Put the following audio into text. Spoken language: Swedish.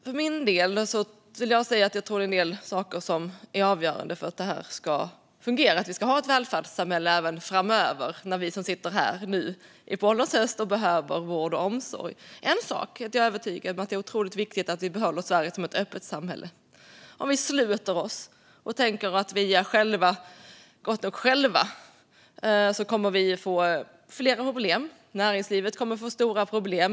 För min del vill jag säga att jag tror att det är en del saker som är avgörande för att detta ska fungera, så att vi har ett välfärdssamhälle även framöver, när vi som nu sitter här på ålderns höst behöver vård och omsorg. En sak är att jag är övertygad om att det är otroligt viktigt att vi behåller Sverige som ett öppet samhälle. Om vi sluter oss och tänker att vi själva är gott nog kommer vi att få flera problem. Näringslivet kommer att få stora problem.